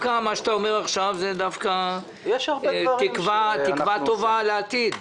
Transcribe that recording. מה שאתה אומר עכשיו הוא דווקא תקווה טובה לעתיד.